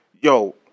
yo